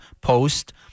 post